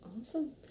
Awesome